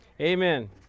Amen